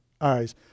eyes